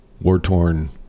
war-torn